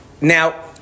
Now